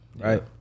right